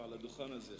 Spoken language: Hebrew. פה על הדוכן הזה,